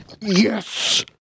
Yes